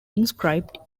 inscribed